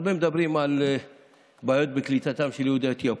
הרבה מדברים על בעיות בקליטתם של יהודי אתיופיה.